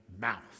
mouth